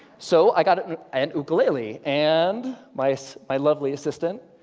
so, i got an an ukulele and my so my lovely assistant?